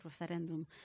referendum